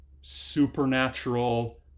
supernatural